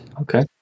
Okay